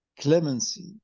clemency